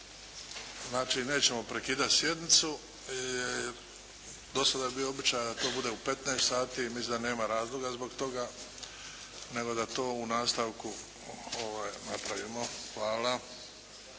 Znači nećemo prekidati sjednicu jer dosada je bio običaj da to bude u 15 sati. Mislim da nema razloga zbog toga, nego da to u nastavku napravimo. Hvala.